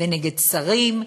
ונגד שרים,